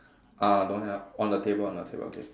ah don't hang up on the table on the table okay